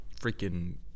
freaking